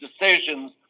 decisions